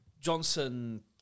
Johnson